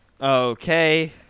okay